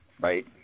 Right